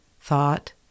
thought